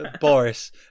Boris